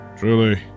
Truly